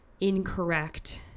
incorrect